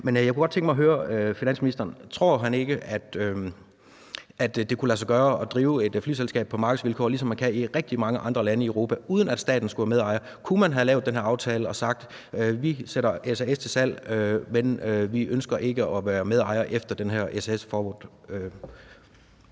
Men jeg kunne godt tænke mig at høre finansministeren, om han ikke tror, at det kunne lade sig gøre at drive et flyselskab på markedsvilkår, ligesom man kan i rigtig mange andre lande i Europa, uden at staten skulle være medejer. Kunne man have lavet den her aftale og sagt: Vi sætter SAS til salg; vi ønsker ikke at være medejere efter den her »SAS